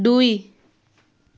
দুই